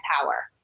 power